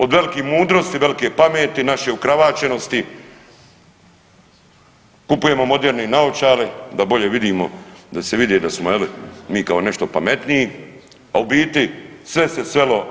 Od velike mudrosti, velike pameti, naše ukravaćenosti kupujemo moderne naočale da bolje vidimo, da se vidi je li mi kao nešto pametniji, a u biti sve se svelo.